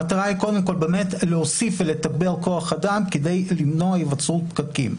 המטרה היא להוסיף ולתגבר כוח אדם כדי למנוע היווצרות פקקים.